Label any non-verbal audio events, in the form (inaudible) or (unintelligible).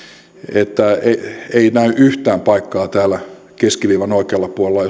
että ei näy yhtään paikkaa täällä keskiviivan oikealla puolella (unintelligible)